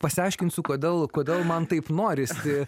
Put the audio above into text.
pasiaiškinsiu kodėl kodėl man taip norisi